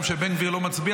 גם כשבן גביר לא מצביע,